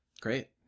Great